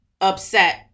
upset